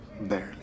Barely